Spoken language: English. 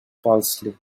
palsy